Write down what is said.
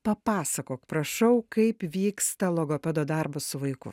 papasakok prašau kaip vyksta logopedo darbas su vaiku